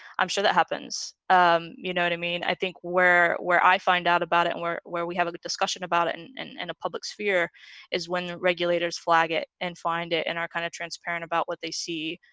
i'm sure that happens um, you know what? i mean, i think where where i find out about it where where we have a discussion about it and and and a public sphere is when the regulators flag it and find it and are kind of transparent about what they see